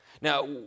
Now